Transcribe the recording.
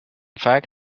fact